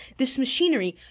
this machinery,